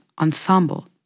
Ensemble